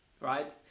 right